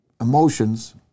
emotions